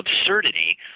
absurdity